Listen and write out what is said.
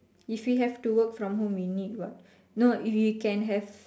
if he have to work from home he need what no if you can have